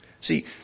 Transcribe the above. See